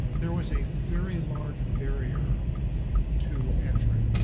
there was a very large barrier to entry.